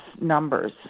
numbers